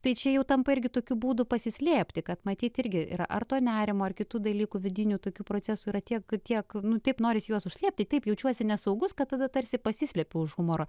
tai čia jau tampa irgi tokiu būdu pasislėpti kad matyt irgi yra ar to nerimo ar kitų dalykų vidinių tokių procesų yra tiek kad tie nu taip norisi juos užslėpti taip jaučiuosi nesaugus kad tada tarsi pasislepiu už humoro